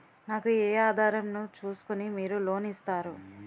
నాకు ఏ ఆధారం ను చూస్కుని మీరు లోన్ ఇస్తారు?